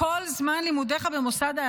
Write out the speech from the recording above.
כל זמן לימודך במוסד.